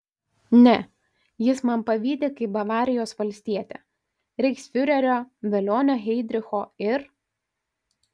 ne jis man pavydi kaip bavarijos valstietė reichsfiurerio velionio heidricho ir